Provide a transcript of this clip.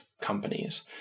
companies